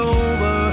over